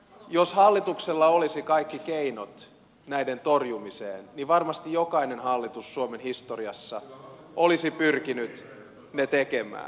jos hallituksella olisi kaikki keinot näiden torjumiseen niin varmasti jokainen hallitus suomen historiassa olisi pyrkinyt ne tekemään